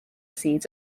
seeds